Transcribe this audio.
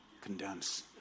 condense